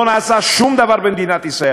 לא נעשה שום דבר במדינת ישראל,